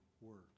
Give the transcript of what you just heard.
words